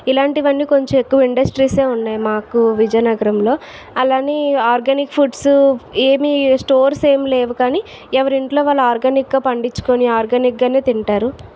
ఇలాంటివన్నీ కొంచెం ఎక్కువ ఇండస్ట్రీస్ ఏ ఉన్నాయి మాకు విజయనగరంలో అలానే ఆర్గానిక్ ఫుడ్స్ ఏమీ స్టోర్స్ ఏం లేవు కానీ ఎవరి ఇంట్లో వాళ్ళు ఆర్గానిక్ గా పండించుకొని ఆర్గానిక్ గానే తింటారు